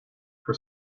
for